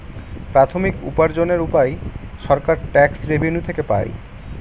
প্রাথমিক উপার্জনের উপায় সরকার ট্যাক্স রেভেনিউ থেকে পাই